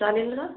चालेल ना